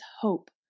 hope